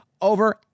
over